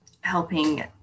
helping